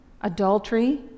adultery